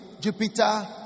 Jupiter